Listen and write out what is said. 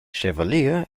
chevalier